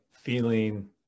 feeling